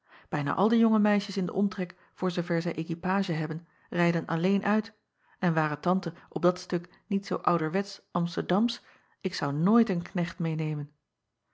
ijna al de jonge meisjes in den omtrek voor zooverre zij équipage hebben rijden alleen uit en ware ante op dat stuk niet zoo ouderwetsch msterdamsch ik zou nooit een knecht meênemen